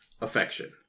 affection